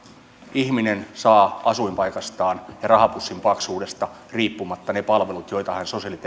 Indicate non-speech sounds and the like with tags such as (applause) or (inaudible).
ihminen saa asuinpaikastaan ja rahapussinsa paksuudesta riippumatta ne palvelut joita hän sosiaali ja (unintelligible)